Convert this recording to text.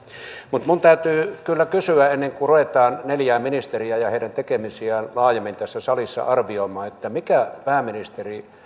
mutta minun täytyy kyllä kysyä ennen kuin ruvetaan neljää ministeriä ja heidän tekemisiään laajemmin tässä salissa arvioimaan mikä pääministeri